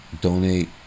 donate